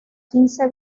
quince